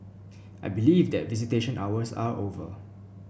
I believe that visitation hours are over